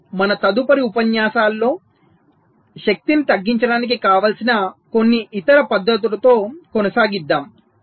మనము మన తదుపరి ఉపన్యాసాలలో శక్తిని తగ్గించడానికి కావాల్సిన కొన్ని ఇతర పద్ధతులతో కొనసాగిద్దాం